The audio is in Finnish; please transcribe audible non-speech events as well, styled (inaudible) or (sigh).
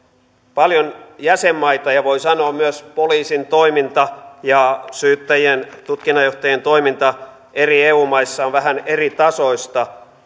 paljon jäsenmaita ja voi sanoa että myös poliisin ja syyttäjien ja tutkinnanjohtajien toiminta eri eu maissa on vähän eritasoista (unintelligible)